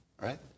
right